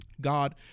God